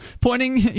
pointing